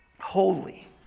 Holy